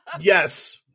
Yes